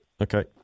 Okay